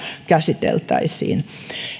käsiteltäisiin